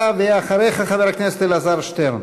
אתה, ואחריך, חבר הכנסת אלעזר שטרן.